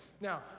Now